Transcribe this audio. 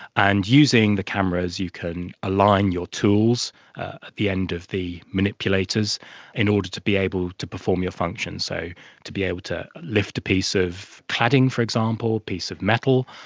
and using the cameras you can align your tools at the end of the manipulators in order to be able to perform your function, so to be able to lift a piece of cladding, for example, a piece of metal,